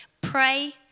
Pray